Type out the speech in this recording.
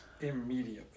immediately